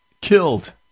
killed